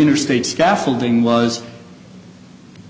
interstate scaffolding was